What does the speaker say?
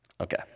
Okay